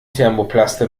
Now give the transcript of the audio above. thermoplaste